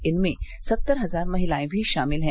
इनमें सत्तर हजार महिलायें भी शामिल हैं